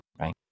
right